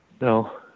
No